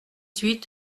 huit